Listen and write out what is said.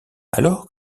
alors